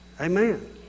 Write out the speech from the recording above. Amen